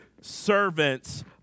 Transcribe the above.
servants